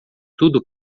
tudo